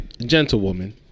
gentlewoman